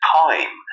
time